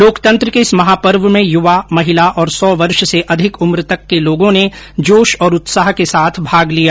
लोकतंत्र के इस महापर्व में यूवा महिला और सौ वर्ष से अधिक उम्र तक के लोगों ने जोश और उत्साह के साथ भाग लिया